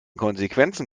konsequenzen